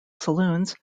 saloons